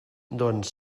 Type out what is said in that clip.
doncs